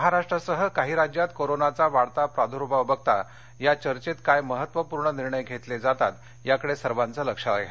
महाराष्ट्रासह काही राज्यात कोरोनाचा वाढता प्राद्भाव बघता या चर्येत काय महत्वपूर्ण निर्णय घेतले जातात याकडे सर्वाचं लक्ष लागलं आहे